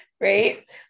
right